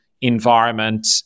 environment